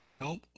Nope